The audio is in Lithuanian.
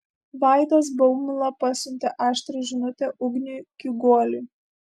vaidas baumila pasiuntė aštrią žinutę ugniui kiguoliui